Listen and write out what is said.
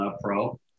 pro